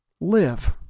live